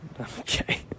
Okay